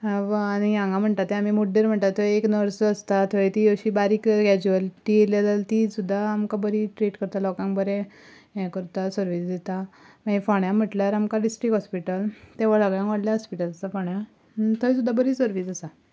हांगा म्हणटात ते आमी मुड्डेर म्हणटा थंय एक नर्स आसता थंय ती अशी बारीक कॅज्युअलटी येले जाल्यार ती सुद्दां आमकां बरी ट्रीट करता लोकांक बरें हें करता सर्वीस दिता मागीर फोंड्या म्हणल्यार आमकां डिस्ट्रीक्ट हॉस्पिटल तें सगळ्यांतलें व्हडलें हॉस्पिटल आसा फोंड्या थंय सुद्दां बरी सर्वीस आसा